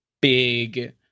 big